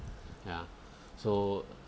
ya so